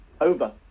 Over